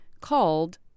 called